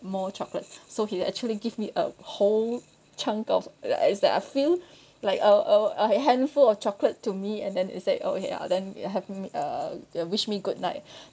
more chocolate so he actually give me a whole chunk of like it's like I feel like a a a handful of chocolate to me and then he said oh ya then you have uh uh he wished me good night